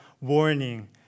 warning